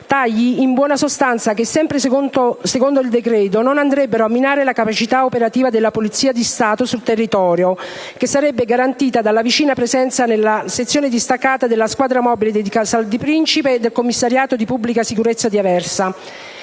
tagli che in buona sostanza, secondo il decreto non andrebbero a minare la capacità operativa della Polizia di Stato sul territorio, che sarebbe garantita dalla vicina presenza della sezione distaccata della squadra mobile di Casal di Principe e del Commissariato di pubblica sicurezza di Aversa.